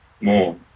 more